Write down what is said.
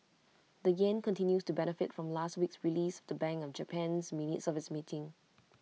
the Yen continues to benefit from last week's release of the bank of Japan's minutes of its meeting